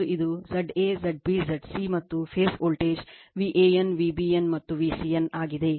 ಮತ್ತು ಇದು Z a Z b Z c ಮತ್ತು ಈ phase voltage VAN V BN ಮತ್ತು VCN ಆಗಿದೆ